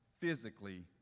physically